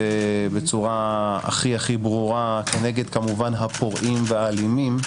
בצורה הכי ברורה כנגד כמובן הפורעים והאלימים,